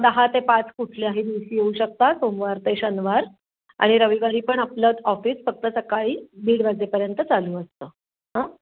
दहा ते पाच कुठल्याही दिवशी येऊ शकता सोमवार ते शनिवार आणि रविवारी पण आपलं ऑफिस फक्त सकाळी दीड वाजेपर्यंत चालू असतं हां